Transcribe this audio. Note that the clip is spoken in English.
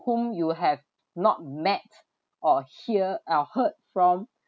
whom you have not met or hear uh heard from